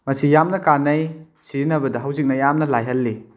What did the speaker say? ꯃꯁꯤ ꯌꯥꯝꯅ ꯀꯥꯟꯅꯩ ꯁꯤꯖꯤꯟꯅꯕꯗ ꯍꯧꯖꯤꯛꯅ ꯌꯥꯝꯅ ꯂꯥꯏꯍꯜꯂꯤ